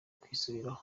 kwisubiraho